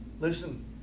Listen